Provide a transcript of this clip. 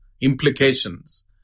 implications